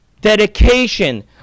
dedication